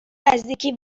نزدیکی